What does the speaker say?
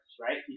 right